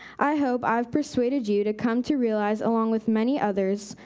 i hope i've persuaded you to come to realize along with many others,